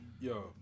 Yo